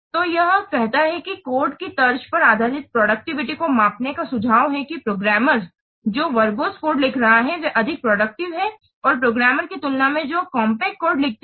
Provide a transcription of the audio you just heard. तो यह कहता है कि कोड की तर्ज पर आधारित प्रोडक्टिविटी को मापने का सुझाव है कि प्रोग्रामर जो वर्बोज़ कोड लिख रहे हैं वे अधिक प्रोडक्टिव हैं और प्रोग्रामर की तुलना में जो कॉम्पैक्ट कोड लिखते हैं